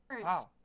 Wow